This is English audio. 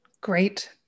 Great